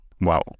Wow